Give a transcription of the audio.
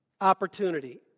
opportunity